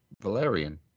Valerian